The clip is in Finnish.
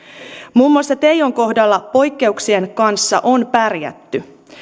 muun muassa teijon kohdalla poikkeuksien kanssa on pärjätty